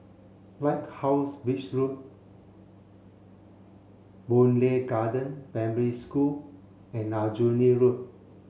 Lighthouse Beach Road Boon Lay Garden Primary School and Aljunied Road